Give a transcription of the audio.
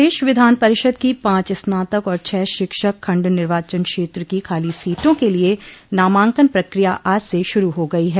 प्रदेश विधान परिषद की पांच स्नातक और छह शिक्षक खंड निर्वाचन क्षेत्र की खाली सीटों के लिये नामांकन प्रक्रिया आज से शुरू हो गई है